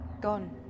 Gone